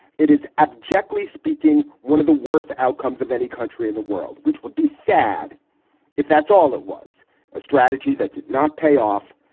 it is abjectly speaking one of the worst outcomes of any country in the world, which would be sad if that's all it was a strategy that did not pay off.